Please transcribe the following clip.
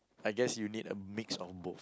I guess you need a mix of both